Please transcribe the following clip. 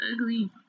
ugly